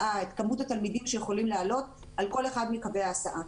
התלמידים שיכולים לעלות על כל אחד מקווי ההסעה.